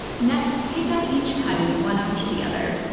next, take out each cutting one after the other.